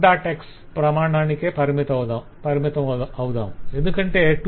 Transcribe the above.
X ప్రమాణానికే పరిమితమవుదాం ఎందుకంటే 2